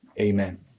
Amen